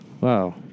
Wow